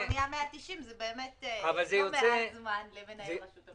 זה כבר נהיה 190. זה באמת לא מעט זמן למנהל רשות המיסים.